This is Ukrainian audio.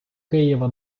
києва